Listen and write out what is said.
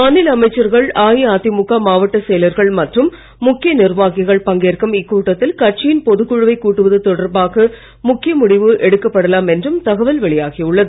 மாநில அமைச்சர்கள் அஇஅதிமுக மாவட்ட செயலர்கள் மற்றும் முக்கிய நிர்வாகிகள் பங்கேற்கும் இக்கூட்டத்தில் கட்சியின் பொதுக் குழுவை கூட்டுவது தொடர்பாக முக்கிய முடிவு எடுக்கப்படலாம் என்றும் தகவல் வெளியாகி உள்ளது